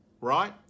right